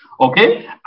okay